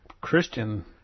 Christian